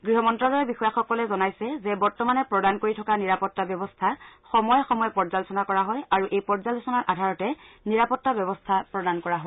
গৃহ মন্ত্ৰালয়ৰ বিষয়াসকলে জনাইছে যে বৰ্তমানে প্ৰদান কৰি থকা নিৰাপত্তা ব্যৱস্থা সময়ে সময়ে পৰ্যালোচনা কৰা হয় আৰু এই পৰ্যালোচনাৰ আধাৰতে নিৰাপত্তা ব্যৱস্থা প্ৰদান কৰা হয়